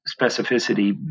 specificity